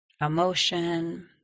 emotion